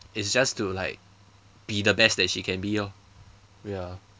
it's just to like be the best that she can be orh ya